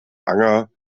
anger